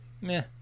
meh